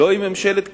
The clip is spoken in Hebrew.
לא עם ממשלת קדימה,